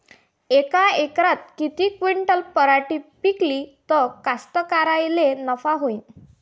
यका एकरात किती क्विंटल पराटी पिकली त कास्तकाराइले नफा होईन?